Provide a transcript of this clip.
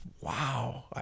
wow